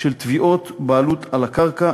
של תביעות בעלות על הקרקע,